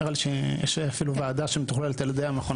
נראה לי שיש אפילו ועדה שמתוכללת ע"י המכון